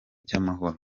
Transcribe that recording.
cy’amahoro